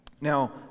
now